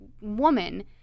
woman